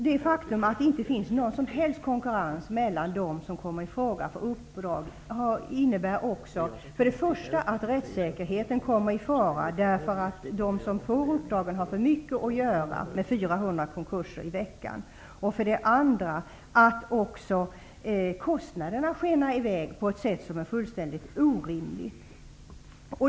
Det faktum att det inte finns någon som helst konkurrens mellan dem som kommer i fråga för uppdrag innebär även för det första att rättssäkerheten kommer i fara, därför att de som får uppdrag har för mycket att göra med 400 För det andra skenar kostnaderna i väg på ett sätt som är fullständigt orimligt.